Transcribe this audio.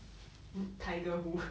tiger hu